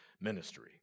ministry